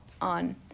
on